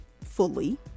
fully